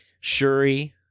Shuri